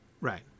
right